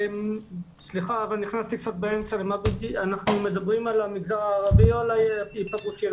אנחנו מדברים על המגזר הערבי או על היפגעות ילדים?